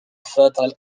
fertile